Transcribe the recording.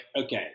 okay